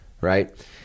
right